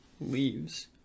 leaves